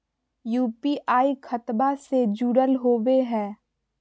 UPI खतबा से जुरल होवे हय?